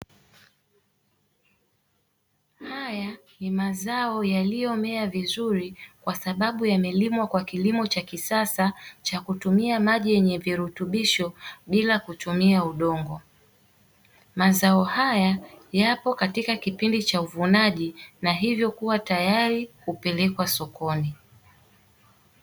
Haya ni mazao yaliyomea vizuri kwa sababu yamelimwa kwa kilimo cha kisasa cha kutumia maji yenye virutubisho bila kutumia udongo. Mazao haya yapo katika kipindi cha uvunaji na hivyo kuwa tayari kupelekwa sokoni.